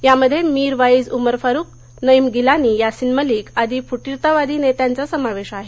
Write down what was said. यामध्ये मीरवाईझ उमर फारुक नईम गिलानी यासीन मलिक आदी फुटीरतावादी नेत्यांचा समावेश आहे